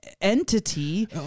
entity